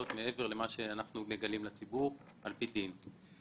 מעבר למה שאנחנו מגלים לציבור על פי דין.